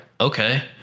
okay